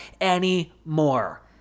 anymore